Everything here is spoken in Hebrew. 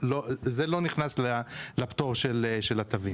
זה לא נכנס לפטור של התווים.